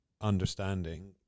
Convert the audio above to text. understanding